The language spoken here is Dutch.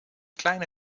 kleine